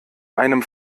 einem